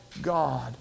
God